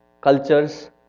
cultures